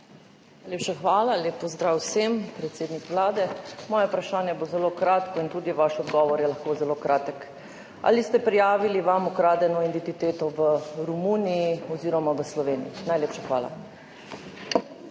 Najlepša hvala. Lep pozdrav vsem! Predsednik Vlade, moje vprašanje bo zelo kratko intudi vaš odgovor je lahko zelo kratek. Ali ste prijavili vam ukradeno identiteto v Romuniji oziroma v Sloveniji? Najlepša hvala.